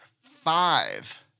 five